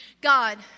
God